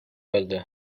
öldü